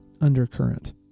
undercurrent